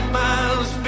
miles